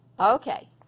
Okay